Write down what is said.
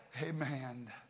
Amen